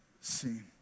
seen